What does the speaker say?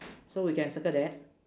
so we can circle that